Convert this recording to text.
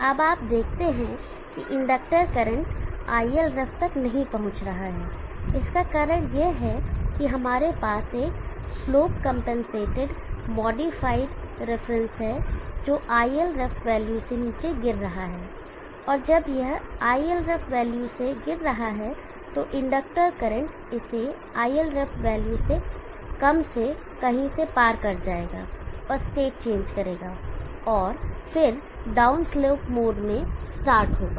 अब आप देखते हैं कि इंडक्टर करंट ILref तक नहीं पहुँच रहा है इसका कारण यह है कि हमारे पास एक स्लोप कंपनसेटेड मॉडिफाइड रिफरेंस है जो ILref वैल्यू से नीचे गिर रहा है और जब यह ILref वैल्यू से गिर रहा है तो इंडक्टर करंट इसे ILref वैल्यू से कम से कहीं से पार कर जाएगा और स्टेट चेंज करेगा और फिर डाउनस्लोप मोड में स्टार्ट होगा